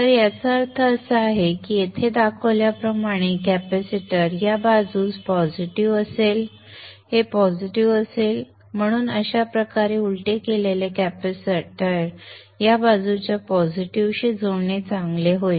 तर याचा अर्थ असा आहे की येथे दाखवल्याप्रमाणे कॅपेसिटर या बाजूस पॉझिटिव्ह असेल हे पॉझिटिव्ह असेल म्हणून अशा प्रकारे उलटे केलेले कॅपेसिटर या बाजूच्या पॉझिटिव्ह शी जोडणे चांगले होईल